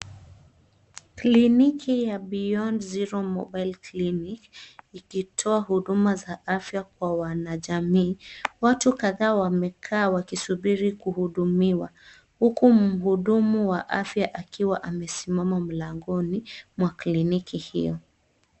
Kliniki ya beyond zero mobile clinic, ikiitoa huduma za afya kwa wanajamii, watu kadhaa wamekaa wakisubiri kuhudumiwa, huku mhudumu wa afya akiwa amesimama mlangoni mwa kliniki hiyo.